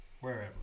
wherever